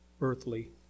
earthly